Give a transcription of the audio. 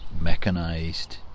mechanized